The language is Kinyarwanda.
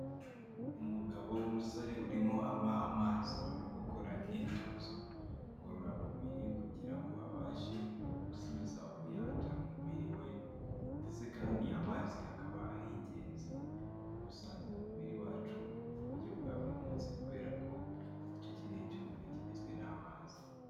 Umugabo w'umusore urimo anywa amazi nyuma yo gukora imyitozo ngororamubiri kugira ngo abashe gusubiza ubuyanja mu mubiri we ndetse kandi amazi akaba ari ingenzi n'ubusanzwe umubiri wacu mu buryo bwa buri munsi, kubera ko igice kinini cy'umubiri kigizwe n'amazi.